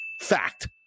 Fact